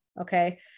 Okay